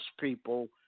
people